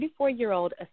34-year-old